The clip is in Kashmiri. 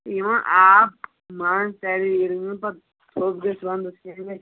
یہِ ما آب ما ژَلہِ ییٚلہِ نہٕ پَتہٕ تھوٚپ گَژھہِ وَنٛدَس کیٚنٛہہ گَژھہِ